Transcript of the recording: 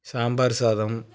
சாம்பார் சாதம்